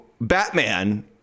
Batman